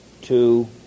two